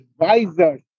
advisors